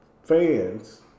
fans